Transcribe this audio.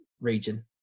region